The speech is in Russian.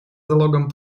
залогом